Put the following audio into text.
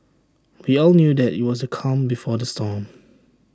we all knew that IT was the calm before the storm